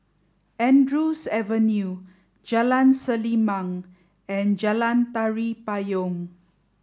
Andrews Avenue Jalan Selimang and Jalan Tari Payong